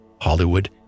Hollywood